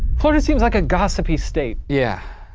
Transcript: florida seems like a gossipy state. yeah.